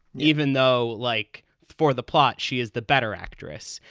even though, like for the plot, she is the better actress.